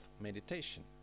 meditation